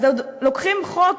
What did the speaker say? אז עוד לוקחים חוק